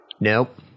Nope